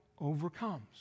overcomes